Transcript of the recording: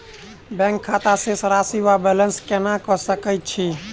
Bank खाता शेष राशि वा बैलेंस केना कऽ सकय छी?